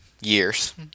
years